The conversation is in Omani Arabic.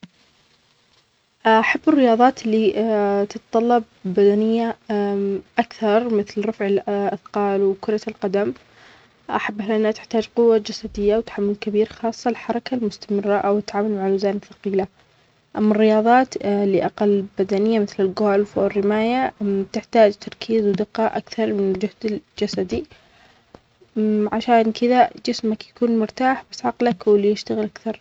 احب الرياظات التي تطلب بدنية اكثر مثل رفع الاثقال و كرة القدم احبها لانها تحتاج قوة جسدية وتحمل كبير خاصة لحركة المستمرة وتعامل مع لزان ثقيلة اما الرياظات التي تحتاج تركيز و دقة اكثر من الجسد عشان كذا جسمك يكون مرتاح بسقلك و يشتغل اكثر